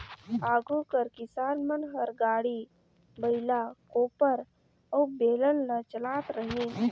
आघु कर किसान मन हर गाड़ी, बइला, कोपर अउ बेलन ल चलात रहिन